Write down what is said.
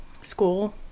School